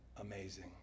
amazing